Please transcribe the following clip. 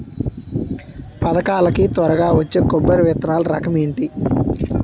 పథకాల కి త్వరగా వచ్చే కొబ్బరి విత్తనాలు రకం ఏంటి?